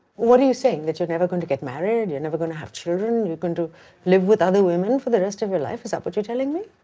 what are you saying? that you're never going to get married. you're never going to have children. you're going to live with other women for the rest of your life. is that what you're telling me?